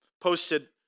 posted